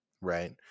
right